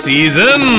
Season